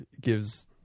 gives